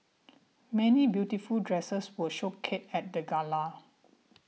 many beautiful dresses were showcased at the gala